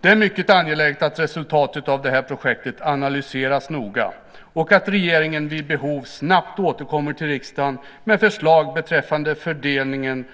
Det är mycket angeläget att resultatet av detta projekt analyseras noga och att regeringen vid behov snabbt återkommer till riksdagen med förslag beträffande fördelningen